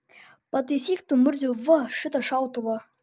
pataisyk tu murziau va šitą šautuvą